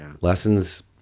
lessons